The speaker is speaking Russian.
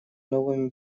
новыми